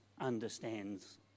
understands